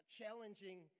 challenging